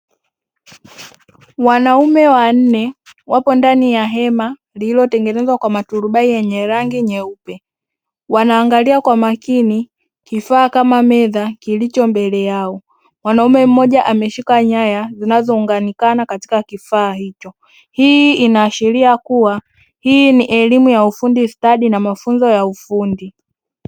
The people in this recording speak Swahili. Wanaume wanne wapo ndani ya hema lililo tengenezwa kwa maturubai yenye rangi nyeupe, wanaangalia kwa makini kifaa kama meza kilicho mbele yao, mwanaume mmoja ameshika nyaya zinazounganikana na kifaa hicho. Hii inaashiria kuwa hii ni elimu ya ufundi stadi na mafunzo ya ufundi.